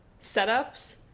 setups